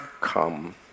come